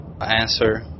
answer